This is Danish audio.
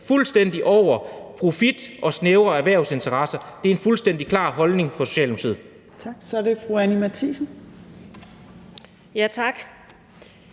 fuldstændig over profitten og snævre erhvervsinteresser. Det er en fuldstændig klar holdning for Socialdemokratiet.